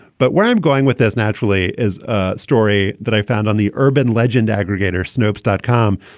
but where i'm going with this naturally is a story that i found on the urban legend aggregator snopes dot com,